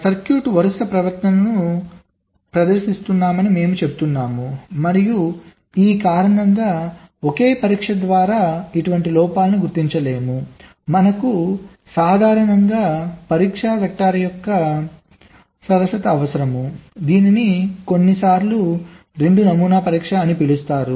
circuit వరుస ప్రవర్తనను ప్రదర్శిస్తుందని మేము చెప్తున్నాము మరియు ఈ కారణంగా ఒకే పరీక్ష ద్వారా ఇటువంటి లోపాలను గుర్తించలేము మనకు కు సాధారణంగా పరీక్షా వెక్టర్స్ యొక్క సరసత అవసరం దీనిని కొన్నిసార్లు 2 నమూనా పరీక్ష అని పిలుస్తారు